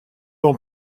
ans